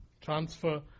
transfer